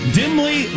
dimly